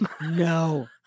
No